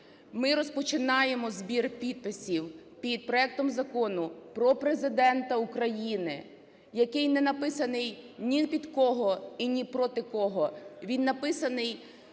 Ми розпочинаємо збір підписів під проектом Закону про Президента України, який не написаний ні під кого і не проти кого.